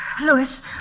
Louis